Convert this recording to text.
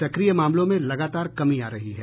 सक्रिय मामलों में लगातार कमी आ रही है